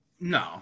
No